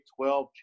12